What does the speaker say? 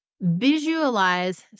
Visualize